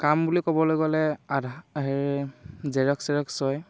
কাম বুলি ক'বলৈ গ'লে আধা জেৰক্স চেৰক্স হয়